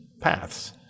paths